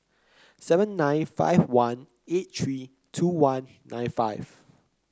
seven nine five one eight three two one nine five